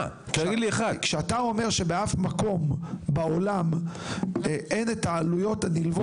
כשאתה אומר שבאף מקום בעולם אין העלויות הנלוות.